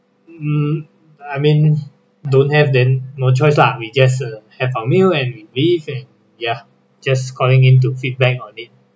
mm I mean don't have then no choice lah we just uh have our meal and we leave and ya just calling in to feedback on it